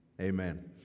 amen